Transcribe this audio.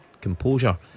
Composure